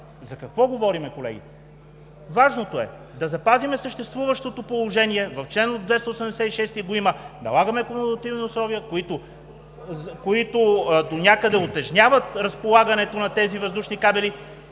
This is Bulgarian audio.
За какво говорим, колеги? Важното е да запазим съществуващото положение – в чл. 286 го има, налагаме кумулативни условия, които донякъде утежняват разполагането на тези въздушни кабели,